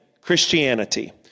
Christianity